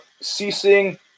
ceasing